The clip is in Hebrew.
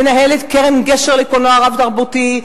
מנהלת קרן גשר לקולנוע רב-תרבותי?